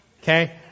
Okay